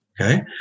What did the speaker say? Okay